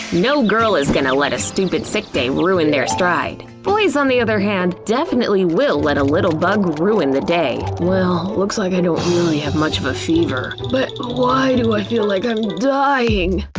no girl is gonna let a stupid sick day ruin their stride! boys on the other hand, definitely will let a little bug ruin the day. well, looks like i don't really have much of a fever. but why do i feel like i'm dying!